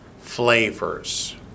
flavors